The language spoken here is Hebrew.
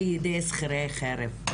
על-ידי שכירי חרב,